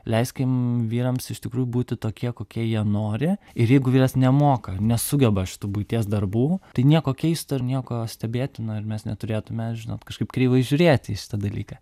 leiskim vyrams iš tikrųjų būti tokie kokie jie nori ir jeigu vyras nemoka nesugeba šitų buities darbų tai nieko keisto ir nieko stebėtino ir mes neturėtume žinot kažkaip kreivai žiūrėti į šitą dalyką